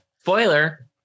Spoiler